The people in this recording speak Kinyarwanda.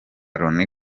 loni